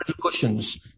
questions